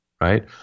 right